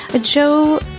Joe